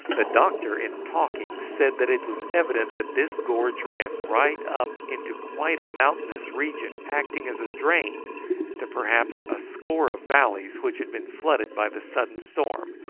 the doctor, in talking, said that it was evident that this gorge ran right up into quite a mountainous region acting as a drain to perhaps a score of valleys which had been flooded by the sudden storm,